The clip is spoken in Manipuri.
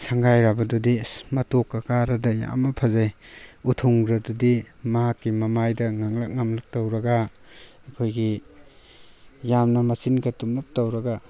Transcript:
ꯁꯪꯒꯥꯏ ꯂꯥꯕꯗꯨꯗꯤ ꯑꯁ ꯃꯇ꯭ꯔꯣꯛꯀ ꯀꯥꯔꯗꯅ ꯌꯥꯝꯅ ꯐꯖꯩ ꯎꯊꯨꯝꯒꯗꯨꯗꯤ ꯃꯍꯥꯛꯀꯤ ꯃꯃꯥꯏꯗ ꯉꯥꯡꯂꯛ ꯉꯥꯡꯂꯛ ꯇꯧꯔꯒ ꯑꯩꯈꯣꯏꯒꯤ ꯌꯥꯝꯅ ꯃꯆꯤꯟꯒ ꯇꯨꯝꯂꯞ ꯇꯧꯔꯒ